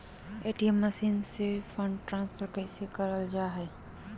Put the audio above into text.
ATM machine से fund transfer कैसे करल जा है?